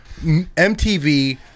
mtv